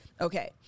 Okay